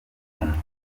kuryumva